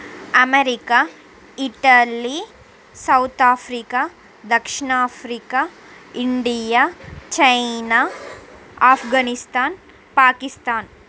America Italy South Africa దక్షిణ Africa India China Afghanistan Pakistan